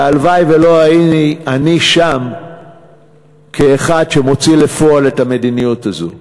והלוואי שלא אני שם כאחד שמוציא לפועל את המדיניות הזאת.